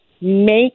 Make